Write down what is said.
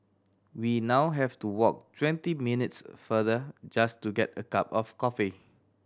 we now have to walk twenty minutes farther just to get a cup of coffee